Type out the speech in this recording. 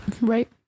Right